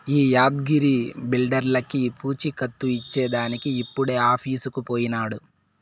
ఈ యాద్గగిరి బిల్డర్లకీ పూచీకత్తు ఇచ్చేదానికి ఇప్పుడే ఆఫీసుకు పోయినాడు